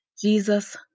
Jesus